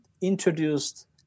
introduced